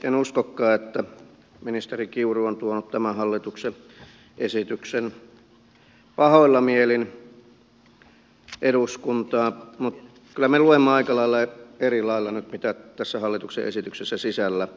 en uskokaan että ministeri kiuru on tuonut tämän hallituksen esityksen pahoilla mielin eduskuntaan mutta kyllä me luemme aika lailla eri lailla nyt mitä tässä hallituksen esityksessä sisällä on